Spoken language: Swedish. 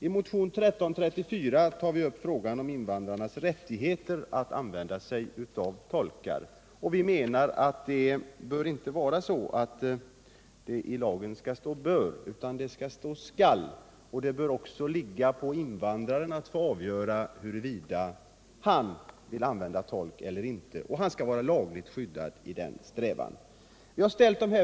I motionen 1334 tar vi upp frågan om invandrarnas rätt att använda sig av tolkar. Vi menar att det i lagen inte skall stå ”bör” utan ”skall”. Det bör också ligga på invandraren själv att avgöra huruvida han vill använda tolk eller inte, och han skall vara lagligt skyddad i det avseendet.